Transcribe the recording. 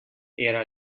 era